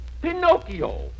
Pinocchio